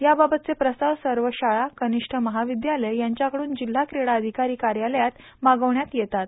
याबाबतचे प्रस्ताव सर्व शाळा कनिष्ठ महाविद्यालये यांच्याकडून जिल्हा क्रीडा अधिकारी कार्यालयात मागविण्यात येतात